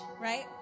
right